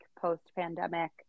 post-pandemic